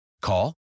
Call